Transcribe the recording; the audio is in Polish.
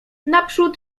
naprzód